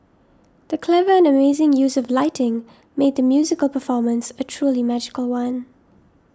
the clever and amazing use of lighting made the musical performance a truly magical one